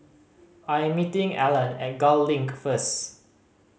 I am meeting Allan at Gul Link first